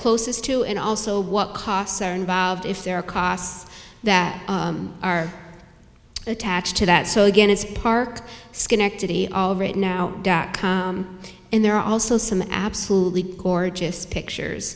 closest to and also what costs are involved if there are costs that are attached to that so again it's park schenectady all right now and there are also some absolutely gorgeous pictures